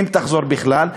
אם תחזור בכלל.